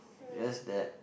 yes that